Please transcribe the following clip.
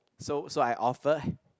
so so I offered